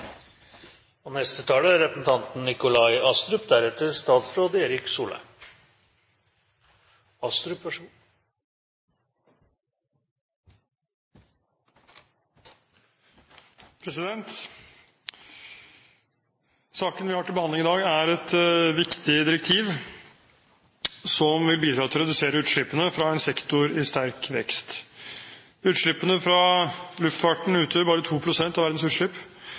Saken vi har til behandling i dag, er et viktig direktiv som vil bidra til å redusere utslippene fra en sektor i sterk vekst. Utslippene fra luftfarten utgjør bare 2 pst. av verdens utslipp